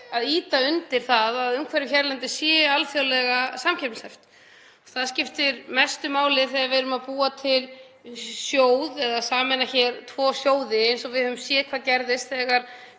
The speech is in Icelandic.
að ýta undir að umhverfið hérlendis sé alþjóðlega samkeppnishæft. Það skiptir mestu máli þegar við erum að búa til sjóð eða sameina hér tvo sjóði. Við höfum séð hvað gerðist þegar